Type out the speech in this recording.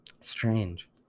strange